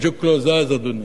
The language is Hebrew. הג'וק לא זז, אדוני,